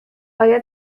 آیا